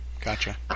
Gotcha